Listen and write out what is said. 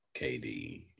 KD